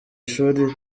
ishuri